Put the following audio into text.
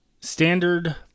standard